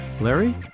Larry